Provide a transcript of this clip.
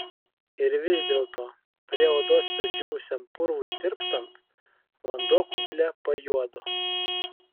ir vis dėlto prie odos pridžiūvusiam purvui tirpstant vanduo kubile pajuodo